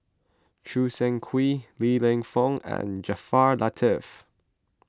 Choo Seng Quee Li Lienfung and Jaafar Latiff